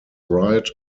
right